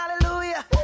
hallelujah